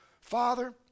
Father